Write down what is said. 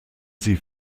sie